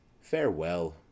Farewell